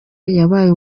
yabaye